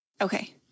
Okay